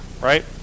right